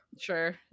Sure